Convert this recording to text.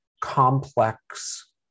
complex